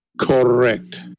Correct